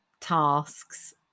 tasks